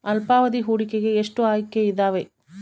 ಅಲ್ಪಾವಧಿ ಹೂಡಿಕೆಗೆ ಎಷ್ಟು ಆಯ್ಕೆ ಇದಾವೇ?